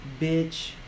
bitch